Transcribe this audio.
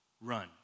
run